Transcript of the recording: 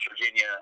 Virginia